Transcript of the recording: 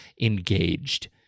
engaged